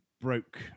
broke